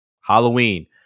Halloween